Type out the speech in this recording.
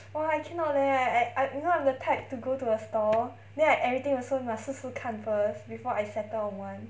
!wah! I cannot leh I I you know I'm the type to go to a store then like everything also must 试试看 first before I settle on one